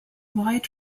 wide